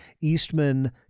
Eastman